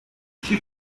she